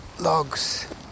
logs